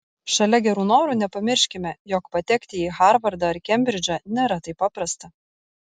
šalia gerų norų nepamirškime jog patekti į harvardą ar kembridžą nėra taip paprasta